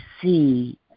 see